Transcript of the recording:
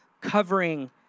covering